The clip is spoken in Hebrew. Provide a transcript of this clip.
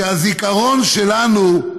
שהזיכרון שלנו,